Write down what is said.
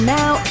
now